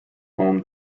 home